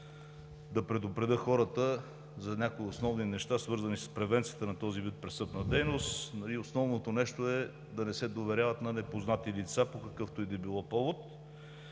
да предупредя хората за някои основни неща, свързани с превенцията на този вид престъпна дейност. Основното е да не се доверяват на непознати лица по какъвто и да било повод;